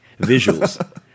visuals